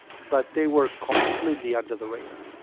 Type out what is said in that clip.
but they were completely under the radar.